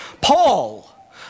Paul